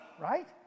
right